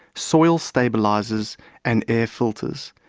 soil stabilisers and air filters.